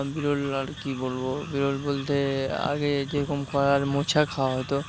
বিরল আর কী বলবো বিরল বলতে আগে যেরকম কলার মোচা খাওয়া হতো